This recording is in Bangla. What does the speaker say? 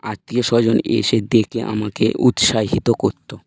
আত্মীয় স্বজন এসে দেখে আমাকে উৎসাহিত করত